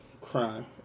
crime